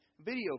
video